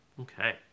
Okay